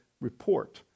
report